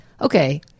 okay